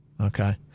Okay